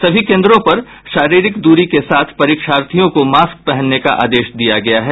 सभी केंद्रों पर शरीरिक दूरी के साथ परीक्षार्थियों को मास्क पहनने का आदेश दिया गया है